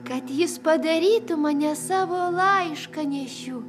kad jis padarytų mane savo laiškanešiu